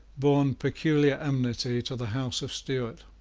borne peculiar enmity to the house of stuart.